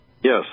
Yes